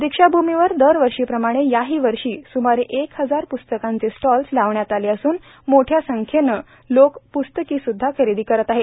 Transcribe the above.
दीक्षाभूमीवर दरवर्षीप्रमाणे याहीवर्षी सुमारे एक हजार पुस्तकांचे स्टॉल्स् लावण्यात आले असून मोठ्या संख्येनं लोकं पुस्तकीसुद्धा खरेदी करीत आहेत